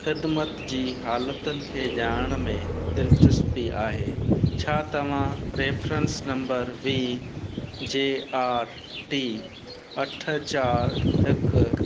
ख़िदमतु जी हालतुनि खे ॼाणण में दिलचस्पी आहे छा तव्हां reference number V J R T अठ चारि हिकु